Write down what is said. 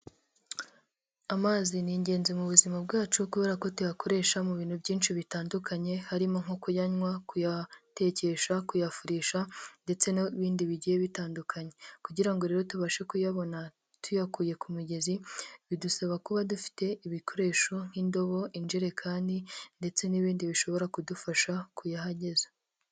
Amazi ni ingenzi mu buzima bwacu, kubera ko tuyakoresha mu bintu byinshi bitandukanye, harimo nko kuyanywa, kuyatekesha, kuyafurisha, ndetse n'ibindi bigiye bitandukanye, kugira ngo rero tubashe kuyabona tuyakuye ku mugezi, bidusaba kuba dufite ibikoresho nk'indobo, injerekani, ndetse n'ibindi bishobora kudufasha kuyahageza.